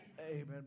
Amen